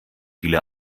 viele